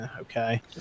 okay